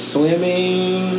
Swimming